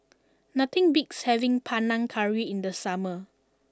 nothing beats having Panang Curry in the summer